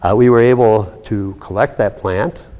ah we were able to collect that plant.